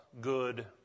good